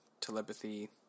telepathy